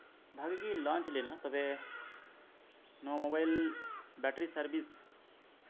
ᱵᱷᱟᱜᱤ ᱜᱮ ᱞᱚᱧᱪ ᱞᱮᱱᱟ ᱛᱚᱵᱮ ᱱᱚᱣᱟ ᱢᱳᱵᱟᱭᱤᱞ ᱵᱮᱴᱨᱤ ᱥᱟᱨᱵᱷᱤᱥ